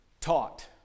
taught